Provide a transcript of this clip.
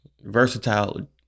versatile